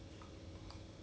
okay okay okay